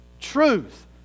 truth